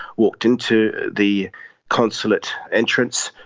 walked into the consulate entrance.